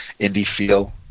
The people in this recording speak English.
indie-feel